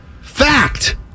Fact